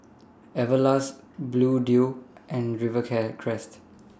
Everlast Bluedio and River Care Crest